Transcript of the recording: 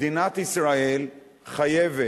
מדינת ישראל חייבת